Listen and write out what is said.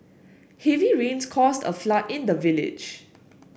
heavy rains caused a flood in the village